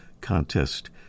contest